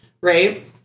right